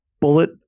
Bullet